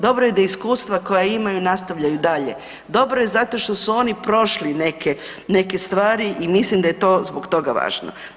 Dobro da iskustva koja imaju nastavljaju i dalje, dobro je zato što su oni prošli neke stvari i mislim da je to zbog toga važno.